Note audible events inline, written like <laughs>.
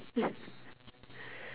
<laughs>